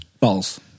False